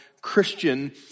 Christian